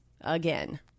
again